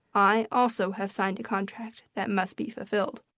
i also have signed a contract that must be fulfilled.